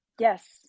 Yes